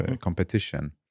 competition